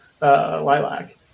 lilac